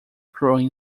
growing